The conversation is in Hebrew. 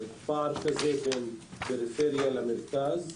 פער כזה בין פריפריה למרכז.